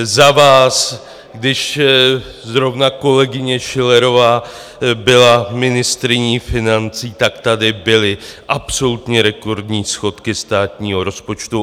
Za vás, když zrovna kolegyně Schillerová byla ministryní financí, tak tady byly absolutně rekordní schodky státního rozpočtu.